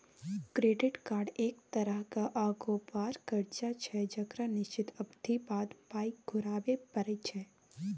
credit card एक तरहक अगोबार करजा छै जकरा निश्चित अबधी बाद पाइ घुराबे परय छै